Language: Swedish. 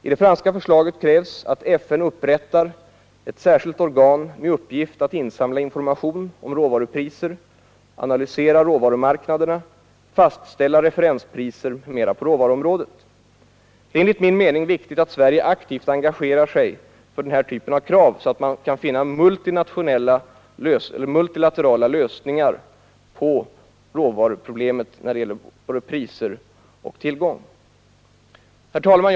I det franska förslaget krävs att FN upprättar ett särskilt organ med uppgift att insamla information om råvarupriser, analysera råvarumarknaderna, fastställa referenspriser m.m. på råvaruområdet. Det är enligt min mening viktigt att Sverige aktivt engagerar sig för den här typen av krav, så att man kan finna multilaterala lösningar på problem som gäller råvarupriser och råvarutillgång. Herr talman!